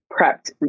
prepped